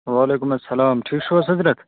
وعلیکُم اسلام ٹھیٖک چھُو حظ سیبرٕ